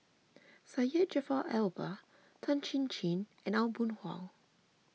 Syed Jaafar Albar Tan Chin Chin and Aw Boon Haw